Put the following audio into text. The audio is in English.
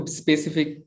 specific